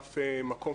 אף מקום,